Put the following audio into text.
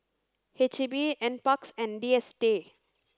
H E B NPARKS and D S T A